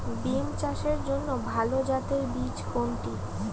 বিম চাষের জন্য ভালো জাতের বীজ কোনটি?